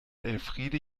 elfriede